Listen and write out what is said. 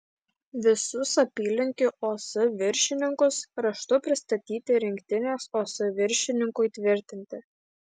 visus apylinkių os viršininkus raštu pristatyti rinktinės os viršininkui tvirtinti